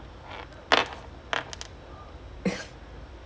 என்னடா:ennadaa bruno check பண்ணிட்டு இருக்கான்:pannittu irukaan ninety minutes ஆச்சு:aachu